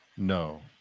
No